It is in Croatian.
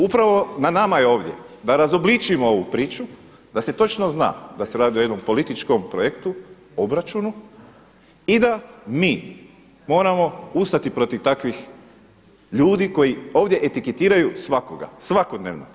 Upravo na nama je ovdje da razobličimo ovu priču, da se točno zna da se radi o jednom političkom projektu obračunu i da mi moramo ustati protiv takvih ljudi koji ovdje etiketiraju svakoga, svakodnevno.